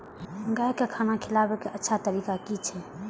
गाय का खाना खिलाबे के अच्छा तरीका की छे?